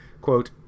quote